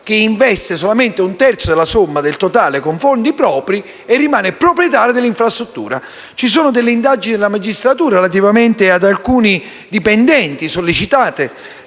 che investe solamente un terzo della somma totale con fondi propri e rimane proprietaria dell'infrastruttura. Sono in corso delle indagini della magistratura relativamente ad alcuni dipendenti, sollecitate